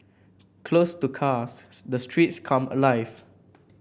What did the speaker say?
closed to cars the streets come alive